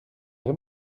vrai